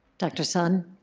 dr. sun.